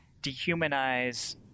dehumanize